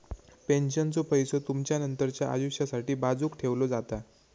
पेन्शनचो पैसो तुमचा नंतरच्या आयुष्यासाठी बाजूक ठेवलो जाता